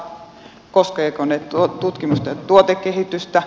koskevatko ne tutkimusta ja tuotekehitystä